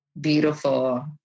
beautiful